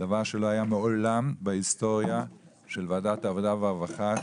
דבר שלא היה מעולם בהיסטוריה של ועדת העבודה והרווחה,